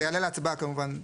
זה יעלה להצבעה כמובן.